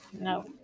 no